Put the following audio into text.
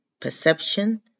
perception